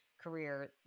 career